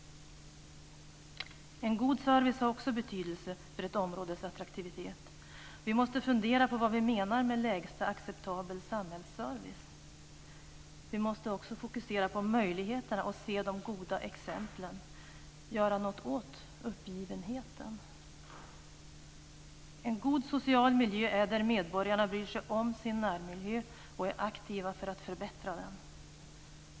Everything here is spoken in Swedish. En god service har också betydelse för ett områdes attraktivitet. Vi måste fundera på vad vi menar med lägsta acceptabel samhällsservice. Vi måste också fokusera på möjligheterna, se de goda exemplen och göra något åt uppgivenheten. En god social miljö är där medborgarna bryr sig om sin närmiljö och är aktiva för att förbättra den.